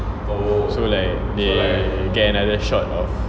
so like they get another shot of